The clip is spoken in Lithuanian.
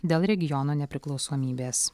dėl regiono nepriklausomybės